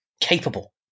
capable